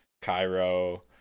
Cairo